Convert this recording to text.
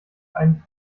einen